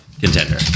contender